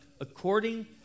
according